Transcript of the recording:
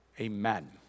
Amen